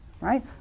Right